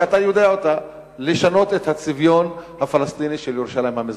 שאתה יודע אותה: לשנות את הצביון הפלסטיני של ירושלים המזרחית?